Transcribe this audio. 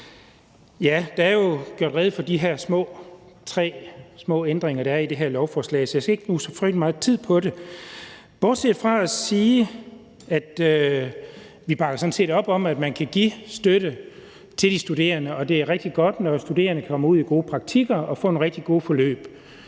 det. Der er jo gjort rede for de her tre små ændringer, der er i det her lovforslag, så jeg skal ikke bruge så frygtelig meget tid på det bortset fra at sige, at vi sådan set bakker op om, at man kan give støtte til de studerende, og at det er rigtig godt, når studerende kommer ud i gode praktikker og får nogle rigtig gode forløb.